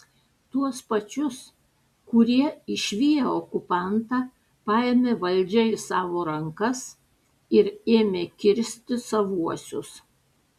tuos pačius kurie išviję okupantą paėmė valdžią į savo rankas ir ėmė kirsti savuosius